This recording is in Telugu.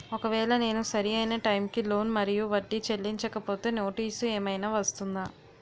ఒకవేళ నేను సరి అయినా టైం కి లోన్ మరియు వడ్డీ చెల్లించకపోతే నోటీసు ఏమైనా వస్తుందా?